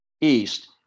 east